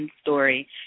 story